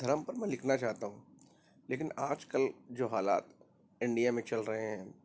دھر پر میں لکھنا چاہتا ہوں لیکن آج کل جو حالات انڈیا میں چل رہے ہیں